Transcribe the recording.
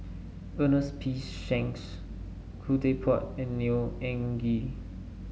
Ernest P Shanks Khoo Teck Puat and Neo Anngee